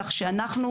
כך שאנחנו